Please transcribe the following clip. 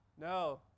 No